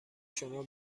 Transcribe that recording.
شما